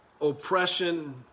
oppression